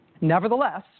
Nevertheless